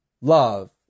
Love